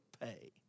pay